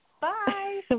Bye